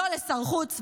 לא לשר החוץ,